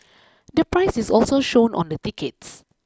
the price is also shown on the tickets